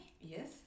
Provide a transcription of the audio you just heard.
Yes